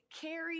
Carry